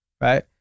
right